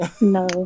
No